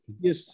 yes